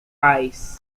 ice